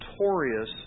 notorious